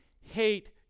hate